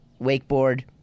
Wakeboard